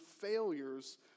failures